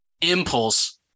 impulse